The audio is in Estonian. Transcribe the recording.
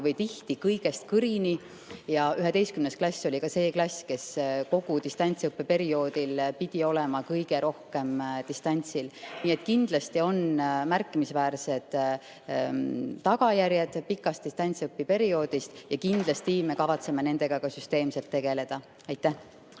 või tihti kõigest kõrini. Ja 11. klass oli ka see klass, kes kogu distantsõppeperioodil pidi olema kõige rohkem distantsil. Nii et kindlasti on märkimisväärsed tagajärjed pikast distantsõppeperioodist ja kindlasti me kavatseme nendega ka süsteemselt tegeleda. Aitäh!